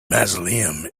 mausoleum